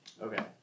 Okay